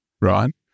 right